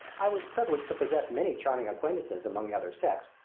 i was privileged to possess many charming acquaintances among the other sex,